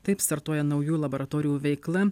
taip startuoja naujų laboratorijų veikla